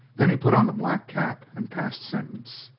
then he put on the black cap and passed sentence.